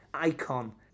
Icon